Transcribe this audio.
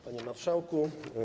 Panie Marszałku!